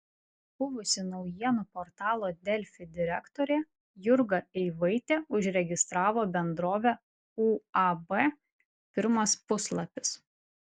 buvusi naujienų portalo delfi direktorė jurga eivaitė užregistravo bendrovę uab pirmas puslapis